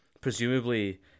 presumably